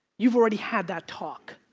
you've already had that talk.